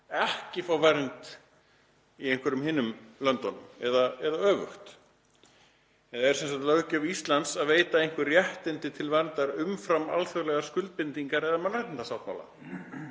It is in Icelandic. ekki fá vernd í einhverjum hinum löndunum eða öfugt, eða er löggjöf Íslands að veita einhver réttindi til verndar umfram alþjóðlegar skuldbindingar eða mannréttindasáttmála?